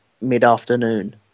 mid-afternoon